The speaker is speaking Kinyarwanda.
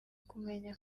kumenya